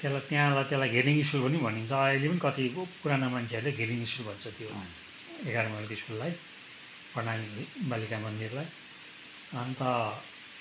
त्यसलाई त्यहाँबाट त्यसलाई घिरलिङ स्कुल पनि भनिन्छ अहिले पनि कति पुराना मान्छेहरूले घिरलिङ स्कुल भन्छ त्यो एघार माइलको स्कुललाई प्रणामी वालिका मन्दिरलाई अन्त